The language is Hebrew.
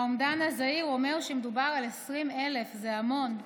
האומדן הזהיר אומר שמדובר על 20,000, זה המון,